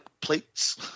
plates